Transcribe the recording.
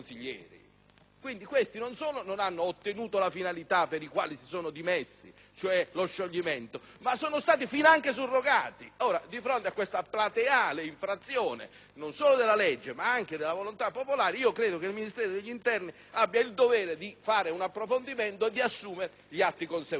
non soltanto non hanno raggiunto lo scopo per cui si sono dimessi, cioè lo scioglimento, ma sono stati finanche surrogati. Ora, di fronte a questa plateale infrazione, non solo della legge ma anche della volontà popolare, credo che il Ministero dell'interno abbia il dovere di fare un approfondimento e di assumere gli atti conseguenti.